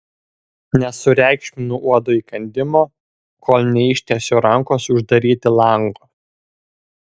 nesureikšminu uodo įkandimo kol neištiesiu rankos uždaryti lango